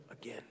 again